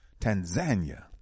Tanzania